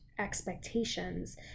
expectations